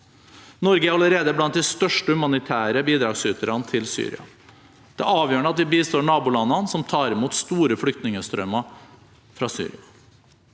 Norge er allerede blant de største humanitære bidragsyterne til Syria. Det er avgjørende at vi bistår nabolandene som tar imot store flyktningstrømmer fra Syria.